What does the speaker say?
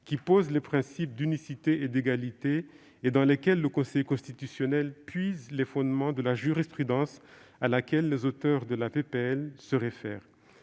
qui posent les principes d'unicité et d'égalité, et dans lesquels le Conseil constitutionnel puise les fondements de la jurisprudence à laquelle les auteurs de la proposition